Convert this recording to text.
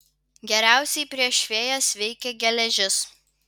geriausiai prieš fėjas veikia geležis